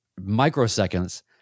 microseconds